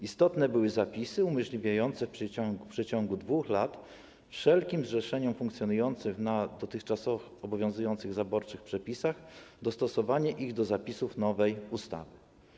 Istotne były zapisy umożliwiające w przeciągu 2 lat wszelkim zrzeszeniom funkcjonującym na dotychczas obowiązujących zaborczych przepisach dostosowanie ich do zapisów nowej ustawy.